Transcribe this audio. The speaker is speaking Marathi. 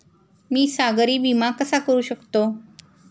मी सागरी विमा कसा करू शकतो?